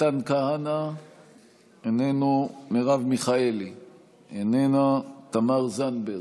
מתן כהנא, איננו, מרב מיכאלי, איננה, תמר זנדברג,